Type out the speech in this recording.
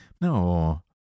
No